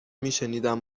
میشنیدم